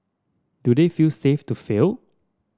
do they feel safe to fail